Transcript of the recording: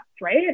right